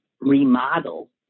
remodel